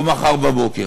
או מחר בבוקר.